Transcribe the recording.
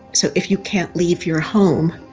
so if you can't leave your home,